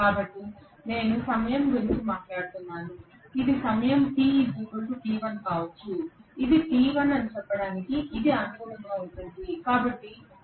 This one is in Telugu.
కాబట్టి నేను సమయం గురించి మాట్లాడుతున్నాను ఇది సమయం t t1 కావచ్చు ఇది t1 అని చెప్పడానికి ఇది అనుగుణంగా ఉంటుంది